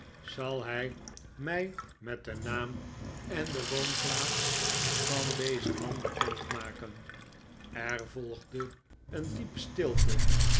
zal hij mij met den naam en de woonplaats van dezen man bekend maken er volgde een diepe stilte